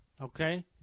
Okay